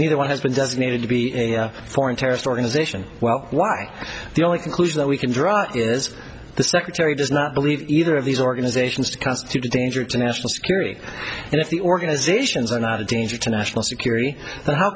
neither one has been designated to be a foreign terrorist organization well why the only conclusion that we can draw is the secretary does not believe either of these organizations to constitute a danger to national security and if the organizations are not a danger to national security